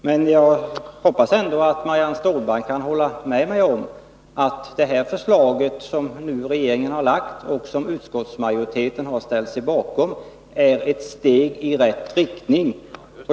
Men jag hoppas ändå att Marianne Stålberg kan hålla med mig om att det förslag som regeringen nu har lagt fram och som utskottsmajoriteten har ställt sig bakom är ett steg i rätt riktning.